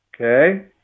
okay